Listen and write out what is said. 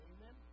Amen